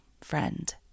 friend